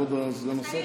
כבוד סגן השר,